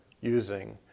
using